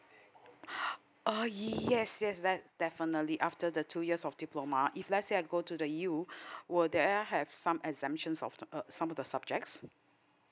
oh yes yes that's definitely after the two years of diploma if let say I go to the U were there I have some exemptions of the some of the subjects